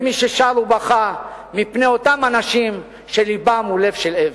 מי ששר ובכה מפני אותם אנשים שלבם הוא לב של אבן.